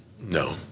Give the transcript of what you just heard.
No